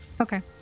Okay